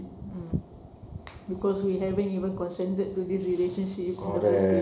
mm because we haven't even consented to this relationship in the first place